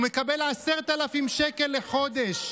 הוא מקבל 10,000 שקל לחודש,